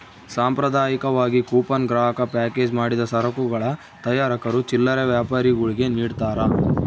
ಸಾಂಪ್ರದಾಯಿಕವಾಗಿ ಕೂಪನ್ ಗ್ರಾಹಕ ಪ್ಯಾಕೇಜ್ ಮಾಡಿದ ಸರಕುಗಳ ತಯಾರಕರು ಚಿಲ್ಲರೆ ವ್ಯಾಪಾರಿಗುಳ್ಗೆ ನಿಡ್ತಾರ